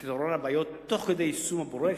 ותתעוררנה בעיות תוך כדי יישום הפרויקט